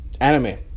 Anime